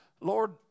Lord